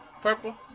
Purple